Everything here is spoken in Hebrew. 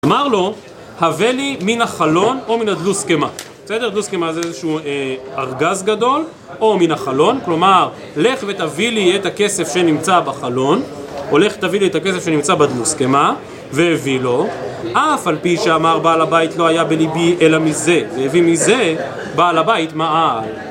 אמר לו, הבא לי מן החלון או מן הגלוסקמא, בסדר? גלוסקמא זה איזשהו ארגז גדול, או מן החלון. כלומר, לך ותביא לי את הכסף שנמצא בחלון, או לך תביא לי את הכסף שנמצא בגלוסקמא, והביא לו, אף על פי שאמר בעל הבית לא היה בליבי, אלא מזה, והביא מזה, בעל הבית מעל.